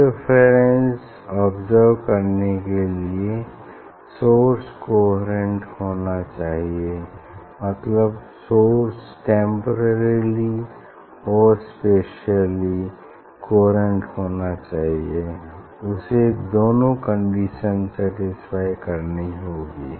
interference observe करने के लिए सोर्स कोहेरेंट होना चाहिए मतलब सोर्स टेम्पोरिली और स्पेसिअली कोहेरेंट होना चाहिए उसे दोनों कंडीशन सैटिस्फाई करनी होगी